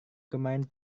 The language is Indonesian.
kemarin